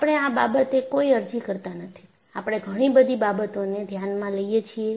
આપણે આ બાબતે કોઈ અરજી કરતા નથી આપણે ઘણી બધી બાબતોને ધ્યાનમાં લઈએ છીએ